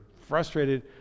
frustrated